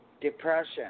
depression